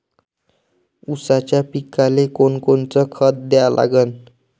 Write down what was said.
ऊसाच्या पिकाले कोनकोनचं खत द्या लागन?